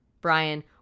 Brian